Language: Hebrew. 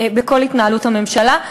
בכל התנהלות הממשלה.